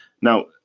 Now